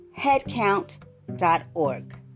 headcount.org